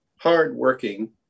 hardworking